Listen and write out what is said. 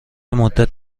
مدت